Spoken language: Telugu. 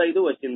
0955 వచ్చింది